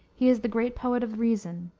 he is the great poet of reason,